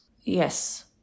Yes